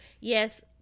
Yes